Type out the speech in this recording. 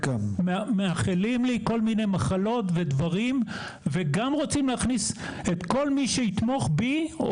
מאחלים לי כל מיני מחלות ודברים וגם רוצים להכניס את כל מי שיתמוך בי,